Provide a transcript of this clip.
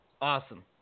Awesome